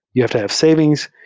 you have to have savings.